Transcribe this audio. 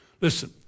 Listen